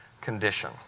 condition